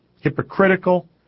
hypocritical